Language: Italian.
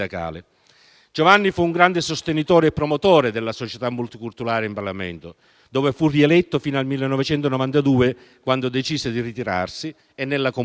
Giovanni fu un grande sostenitore e promotore della società multiculturale in Parlamento, dove fu rieletto fino al 1992, quando decise di ritirarsi, e nella comunità.